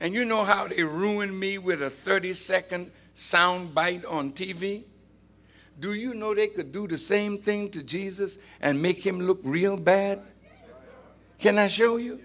and you know how to ruin me with a thirty second sound bite on t v do you know they could do the same thing to jesus and make him look real bad can i show you